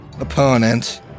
opponent